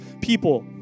people